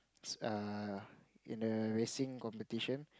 err in the racing competition